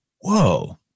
whoa